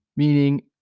Meaning